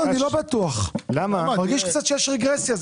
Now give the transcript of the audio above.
מרגיש שיש קצת רגרסיה.